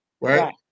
right